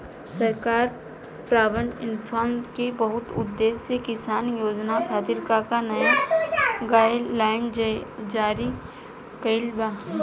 सरकार पॉवरइन्फ्रा के बहुउद्देश्यीय किसान योजना खातिर का का नया गाइडलाइन जारी कइले बा?